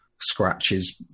scratches